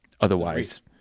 Otherwise